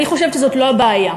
אני חושבת שזאת לא הבעיה.